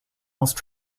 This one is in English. must